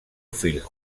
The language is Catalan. fill